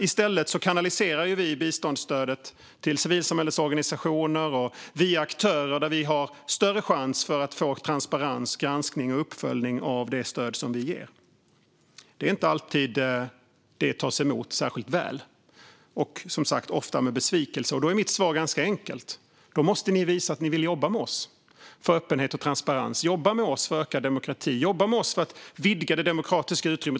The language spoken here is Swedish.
I stället kanaliserar vi biståndsstödet via civilsamhällesorganisationer och andra aktörer där vi har större chans att få transparens, granskning och uppföljning av det stöd som vi ger. Det är inte alltid detta tas emot särskilt väl. Som sagt möter jag ofta besvikelse. Då är mitt svar ganska enkelt: Ni måste visa att ni vill jobba med oss för öppenhet och transparens, för ökad demokrati och för att vidga det demokratiska utrymmet.